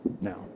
now